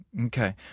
okay